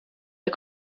der